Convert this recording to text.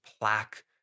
plaque